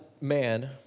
man